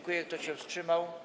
Kto się wstrzymał?